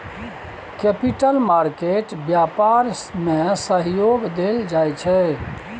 capital market व्यापार में सहयोग देल जाइ छै